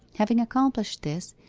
having accomplished this,